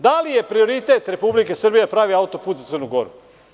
Da li je prioritet Republike Srbije da pravi autoput za Crnu Goru?